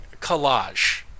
collage